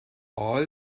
all